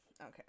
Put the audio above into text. okay